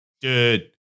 Dude